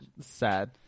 sad